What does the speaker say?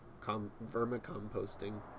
vermicomposting